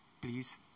please